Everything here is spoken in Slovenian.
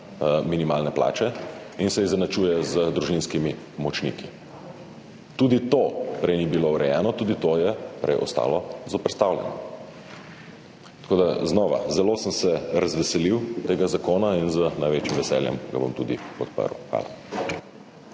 minimalne plače in se izenačuje z družinskimi pomočniki. Tudi to prej ni bilo urejeno, tudi to je prej ostalo zoperstavljeno. Tako da, znova, zelo sem se razveselil tega zakonain z največjim veseljem ga bom tudi podprl. Hvala.